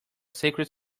secret